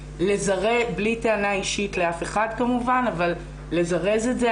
בלי טענה אישית לאף אחד כמובן כדי לזרז את זה.